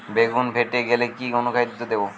বেগুন ফেটে গেলে কি অনুখাদ্য দেবো?